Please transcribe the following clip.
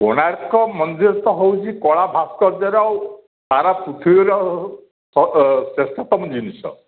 କୋଣାର୍କ ମନ୍ଦିର ତ ହେଉଛି କଳା ଭାସ୍କର୍ଯ୍ୟ ର ଆଉ ସାରା ପୃଥିବୀ ର ଶ୍ରେଷ୍ଠତମ ଜିନିଷ